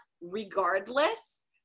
regardless